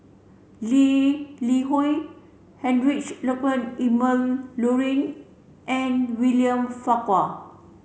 Lee Li Hui Heinrich Ludwig Emil Luering and William Farquhar